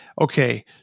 Okay